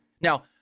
Now